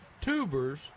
tubers